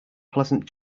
pleasant